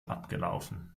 abgelaufen